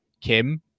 Kim